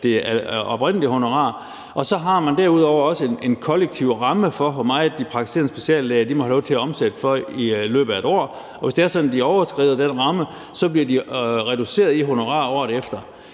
det oprindelige honorar, dels har man også en kollektiv ramme for, hvor meget de praktiserende speciallæger må have lov til at omsætte for i løbet af et år. Hvis det er sådan, at de overskrider den ramme, bliver deres honorar reduceret året efter.